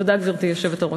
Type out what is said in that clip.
תודה, גברתי היושבת-ראש.